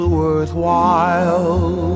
worthwhile